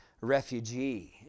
refugee